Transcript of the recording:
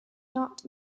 not